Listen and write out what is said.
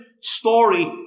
story